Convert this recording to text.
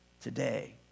Today